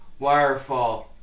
Wirefall